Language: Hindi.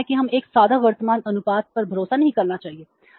चिंतित है कि हमें एक सादा वर्तमान अनुपात पर भरोसा नहीं करना चाहिए